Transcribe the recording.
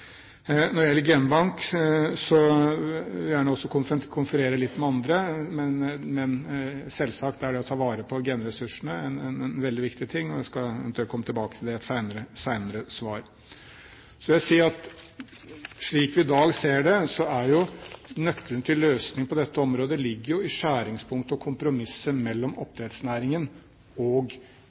konferere litt med andre, men selvsagt er det å ta vare på genressursene en veldig viktig ting. Jeg skal eventuelt komme tilbake til det i et senere svar. Så vil jeg si at slik vi i dag ser det, ligger jo nøkkelen til løsning på dette området i skjæringspunktet og kompromisset mellom oppdrettsnæringen og